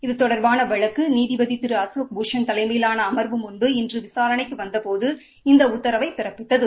இது தொடர்பான வழக்கு நீதிபதி திரு அசோக் பூஷன் தலைமையிலான அம்வு முன்பு இன்று விசாரணைக்கு வந்தபோது இந்த உத்தரவை பிறப்பித்தது